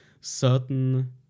Certain